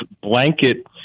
blanket